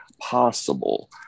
possible